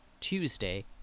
Tuesday